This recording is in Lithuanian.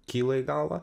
kyla į galvą